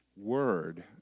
word